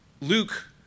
Luke